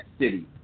city